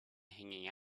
hanging